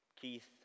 Keith